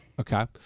Okay